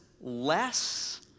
less